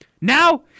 Now